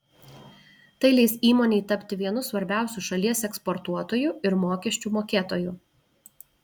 tai leis įmonei tapti vienu svarbiausių šalies eksportuotoju ir mokesčių mokėtoju